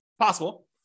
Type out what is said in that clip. possible